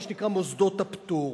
מה שנקרא מוסדות הפטור,